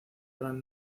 allan